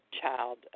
child